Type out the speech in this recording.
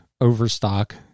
overstock